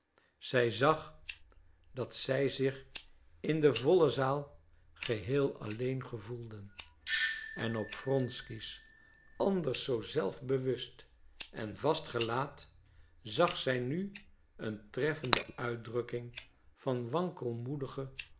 zij zag dat zij zich in de volle zaal geheel alleen gevoelden en op wronsky's anders zoo zelfbewust en vast gelaat zag zij nu een treffende uitdrukking van